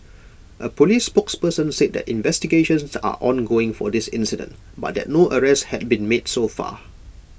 A Police spokesman said that investigations are ongoing for this incident but that no arrests had been made so far